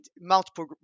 multiple